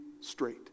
straight